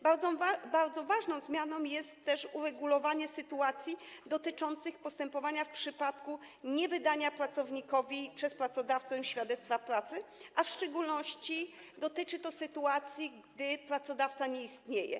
Bardzo ważne jest też uregulowanie spraw dotyczących postępowania w przypadku niewydania pracownikowi przez pracodawcę świadectwa pracy, w szczególności dotyczy to sytuacji, gdy pracodawca nie istnieje.